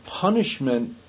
punishment